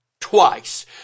twice